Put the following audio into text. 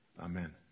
Amen